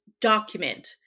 document